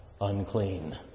unclean